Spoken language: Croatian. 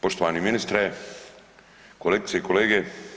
Poštovani ministre, kolegice i kolege.